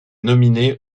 nominé